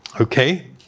Okay